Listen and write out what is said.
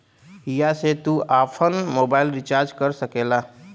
हिया से तू आफन मोबाइल रीचार्ज कर सकेला